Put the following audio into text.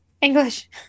English